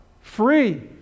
Free